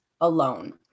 alone